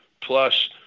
Plus